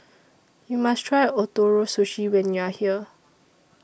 YOU must Try Ootoro Sushi when YOU Are here